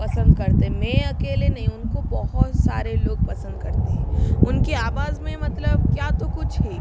पसंद करते हैं मैं अकेली नहीं हूँ उनको बहुत सारे लोग पसंद करते हैं उनकी अवाज़ में मतलब क्या तो कुछ है